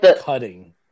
cutting